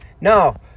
No